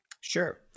Sure